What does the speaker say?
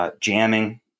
jamming